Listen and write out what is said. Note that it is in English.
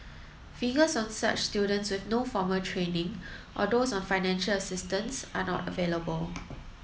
figures on such students with no formal training or those on financial assistance are not available